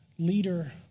leader